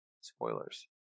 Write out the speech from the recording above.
Spoilers